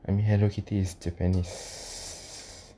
I mean hello kitty is japanese